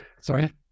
Sorry